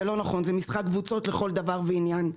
זה לא נכון, זה משחק קבוצות לכל דבר ועניין.